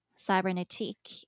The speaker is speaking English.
cybernetic